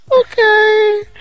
okay